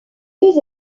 deux